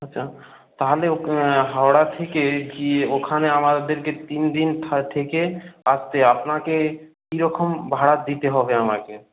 আচ্ছা তাহলে হাওড়া থেকে গিয়ে ওখানে আমাদেরকে তিন দিন থা থেকে আসতে আপনাকে কীরকম ভাড়া দিতে হবে আমাকে